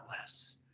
less